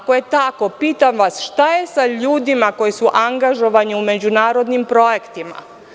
Ako je tako, pitam vas šta je sa ljudima koji su angažovani u međunarodnim projektima?